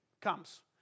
comes